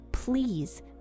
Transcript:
Please